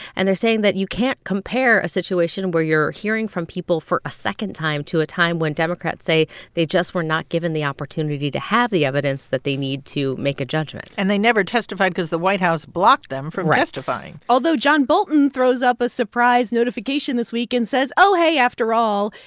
and they're saying that you can't compare a situation where you're hearing from people for a second time to a time when democrats say they just were not given the opportunity to have the evidence that they need to make a judgment and they never testified cause the white house blocked them from testifying right although john bolton throws up a surprise notification this week and says, oh, hey, after all,